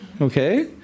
okay